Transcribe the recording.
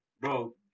Bro